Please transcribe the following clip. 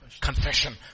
Confession